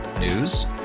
News